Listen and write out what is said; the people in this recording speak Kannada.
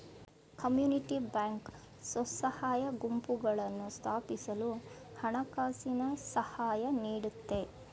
ಕಮ್ಯುನಿಟಿ ಬ್ಯಾಂಕ್ ಸ್ವಸಹಾಯ ಗುಂಪುಗಳನ್ನು ಸ್ಥಾಪಿಸಲು ಹಣಕಾಸಿನ ಸಹಾಯ ನೀಡುತ್ತೆ